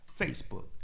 facebook